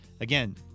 Again